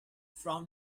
from